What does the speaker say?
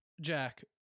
Jack